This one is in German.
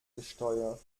gesteuert